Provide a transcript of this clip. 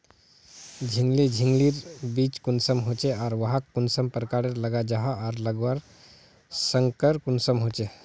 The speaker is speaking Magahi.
झिंगली झिंग लिर बीज कुंसम होचे आर वाहक कुंसम प्रकारेर लगा जाहा आर लगवार संगकर कुंसम होचे?